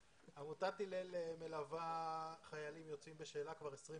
עמותת הלל מלווה חיילים יוצאים בשאלה כבר 29